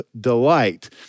delight